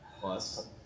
Plus